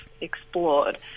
explored